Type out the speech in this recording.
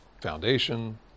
foundation